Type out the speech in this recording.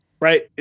right